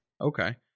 Okay